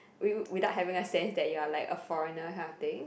wi~ without having a sense that you are like a foreigner kind of thing